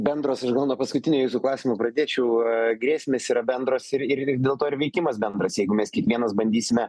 bendros aš gal nuo paskutinio jūsų klausimo pradėčiau grėsmės yra bendros ir ir ir dėl to ir veikimas bendras jeigu mes kiekvienas bandysime